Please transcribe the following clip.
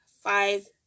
five